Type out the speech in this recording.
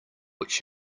which